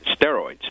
steroids